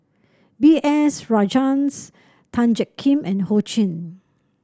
B S Rajhans Tan Jiak Kim and Ho Ching